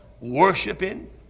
worshiping